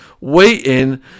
waiting